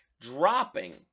dropping